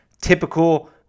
typical